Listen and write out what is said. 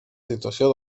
situació